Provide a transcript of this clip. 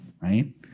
right